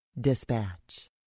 Dispatch